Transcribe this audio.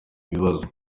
ibibazo